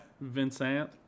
Vincent